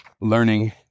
learning